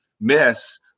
miss